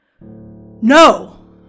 No